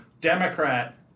Democrat